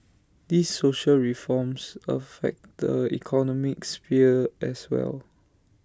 these social reforms affect the economic sphere as well